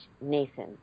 Nathan